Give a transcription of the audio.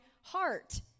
heart